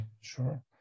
Sure